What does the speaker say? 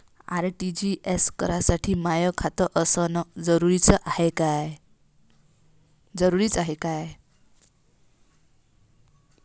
RTGS करासाठी माय खात असनं जरुरीच हाय का?